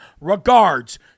Regards